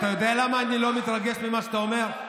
אתה יודע למה אני לא מתרגש ממה שאתה אומר?